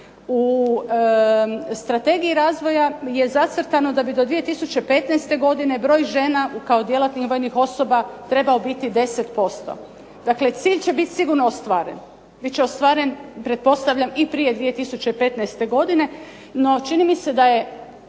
U Strategiji razvoja je zacrtano da bi do 2015. godine broj žena kao djelatnih vojnih osoba trebao biti 10%. Dakle, cilj će bit sigurno ostvaren, bit će ostvaren pretpostavljam i prije 2015. godine, no čini mi se da je